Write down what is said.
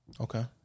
Okay